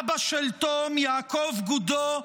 אבא של תום, יעקב גודו,